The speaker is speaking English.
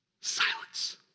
silence